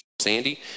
Sandy